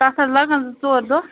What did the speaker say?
تَتھ حظ لَگَن زٕ ژور دۄہ